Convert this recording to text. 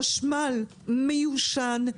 החשמל מיושן,